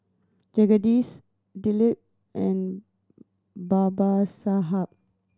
Jagadish Dilip and Babasaheb